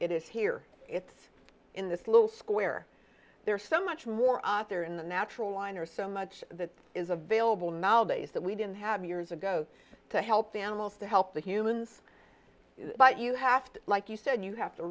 is here it's in this little square there's so much more out there in the natural line or so much that is available now days that we didn't have years ago to help the animals to help the humans but you have to like you said you have to